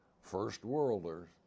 first-worlders